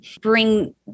bring